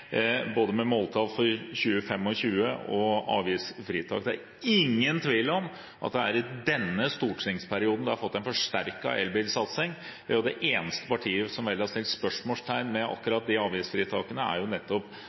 med både måltall for 2025 og avgiftsfritak. Det er ingen tvil om at det er i denne stortingsperioden vi har fått en forsterket elbilsatsing. Det eneste partiet som har satt spørsmålstegn ved akkurat de avgiftsfritakene, er vel nettopp